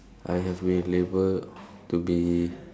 I have been labelled to be